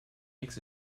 makes